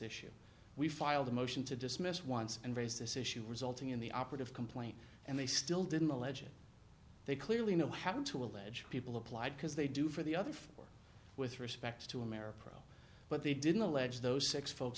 issue we filed a motion to dismiss once and raise this issue resulting in the operative complaint and they still didn't alleging they clearly know how to allege people applied because they do for the other four with respect to america pro but they didn't allege those six folks